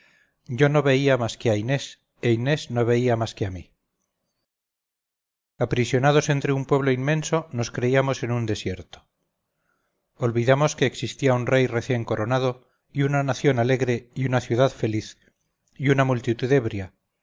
yo no veía más que a inés e inés no veía más que a mí aprisionados entre un pueblo inmenso nos creíamos en un desierto olvidamos que existía un rey recién coronado y una nación alegre y una ciudad feliz y una multitud ebria